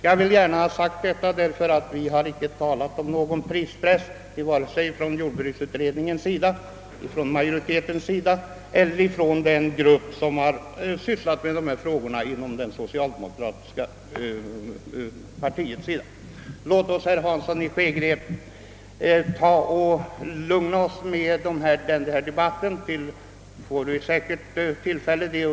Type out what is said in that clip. Jag har velat framhålla detta, eftersom vi inte talat om någon prispress inom vare sig jordbruksutredningens majoritet eller den grupp, som sysslat med dessa frågor inom det socialdemokratiska partiet. Låt oss, herr Hansson, lugna oss med denna debatt. Vi får säkerligen tillfälle att återkomma till den.